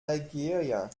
nigeria